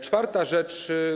Czwarta rzecz.